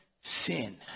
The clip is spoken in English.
sin